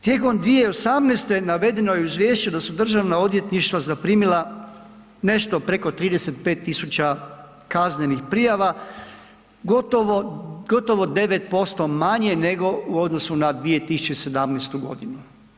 Tijekom 2018. navedeno je u izvješću da su državna odvjetništva zaprimila nešto preko 35.000 kaznenih prijava gotovo 9% manje nego u odnosu na 2017. godinu.